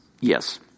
Yes